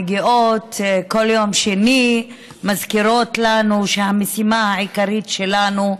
מגיעות בכל יום שני ומזכירות לנו שהמשימה העיקרית שלנו,